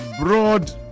broad